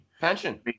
Pension